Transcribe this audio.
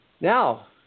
Now